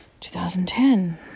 2010